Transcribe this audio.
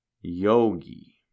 Yogi